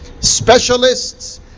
specialists